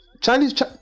chinese